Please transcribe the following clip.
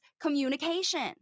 communication